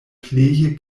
pleje